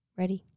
ready